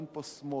אין פה שמאל,